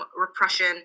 repression